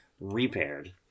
repaired